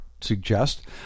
suggest